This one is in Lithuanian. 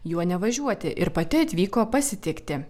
juo nevažiuoti ir pati atvyko pasitikti